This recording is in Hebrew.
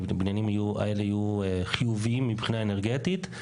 הבניינים האלה יהיו חיוביים מבחינה אנרגטית.